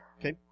Okay